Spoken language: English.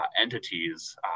entities